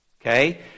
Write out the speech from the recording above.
Okay